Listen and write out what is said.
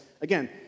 again